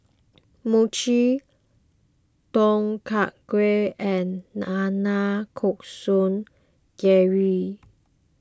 Mochi Tom Kha Gai and Nanakusa Gayu